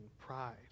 pride